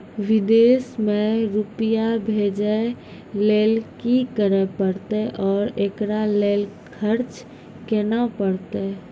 विदेश मे रुपिया भेजैय लेल कि करे परतै और एकरा लेल खर्च केना परतै?